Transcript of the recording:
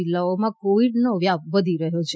જિલ્લાઓમાં કોવિડનો વ્યાપ વધી રહ્યો છે